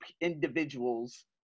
individuals